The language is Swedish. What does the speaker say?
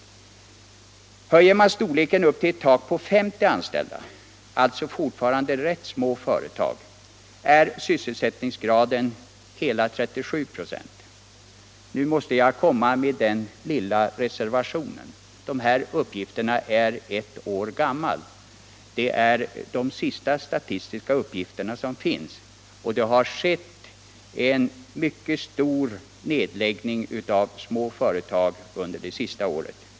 Höjer man storleken upp till ett tak på 50 anställda —- alltså fortfarande rätt små företag — är sysselsättningsgraden hela 37 96. Nu måste jag komma med den lilla reservationen att de här uppgifterna är ett år gamla. Det finns inga senare statistiska uppgifter, och det har skett åtskilliga nedläggningar av små företag under det senaste året.